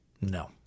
No